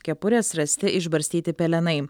kepurės rasti išbarstyti pelenai